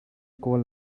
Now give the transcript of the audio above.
kawl